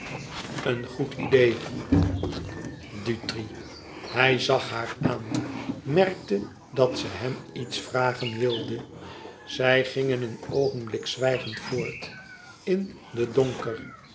een goed idee dutri hij zag haar aan merkte dat ze hem iets vragen wilde zij gingen een oogenblik zwijgend voort in den donker